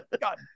God